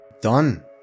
Done